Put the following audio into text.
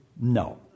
No